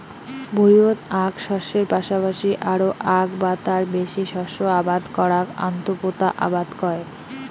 ভুঁইয়ত আক শস্যের পাশাপাশি আরো আক বা তার বেশি শস্য আবাদ করাক আন্তঃপোতা আবাদ কয়